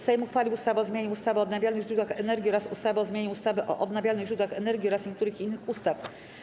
Sejm uchwalił ustawę o zmianie ustawy o odnawialnych źródłach energii oraz ustawy o zmianie ustawy o odnawialnych źródłach energii oraz niektórych innych ustaw.